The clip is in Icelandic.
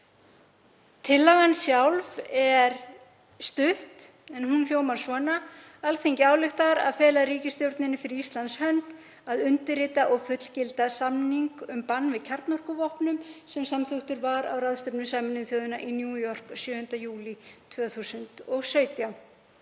Tillagan sjálf er stutt en hún hljómar svo, með leyfi forseta: „Alþingi ályktar að fela ríkisstjórninni fyrir Íslands hönd að undirrita og fullgilda samning um bann við kjarnorkuvopnum sem samþykktur var á ráðstefnu Sameinuðu þjóðanna í New York 7. júlí 2017.“